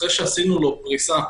אחרי שעשינו לו פריסה,